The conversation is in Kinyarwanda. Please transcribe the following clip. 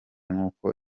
nk’uko